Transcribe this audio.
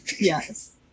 Yes